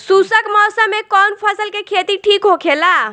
शुष्क मौसम में कउन फसल के खेती ठीक होखेला?